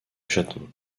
chatons